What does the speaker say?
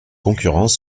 concurrents